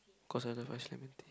cause I love ice lemon tea